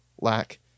lack